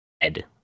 ed